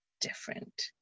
different